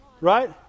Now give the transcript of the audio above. right